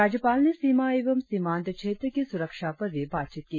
राज्यपाल ने सीमा एवं सीमांत क्षेत्र की सुरक्षा पर भी बातचीत की